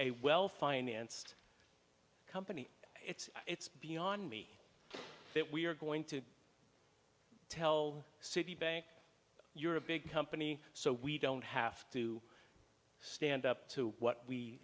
a well financed company it's it's beyond me that we're going to tell citibank you're a big company so we don't have to stand up to what we